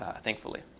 ah thankfully.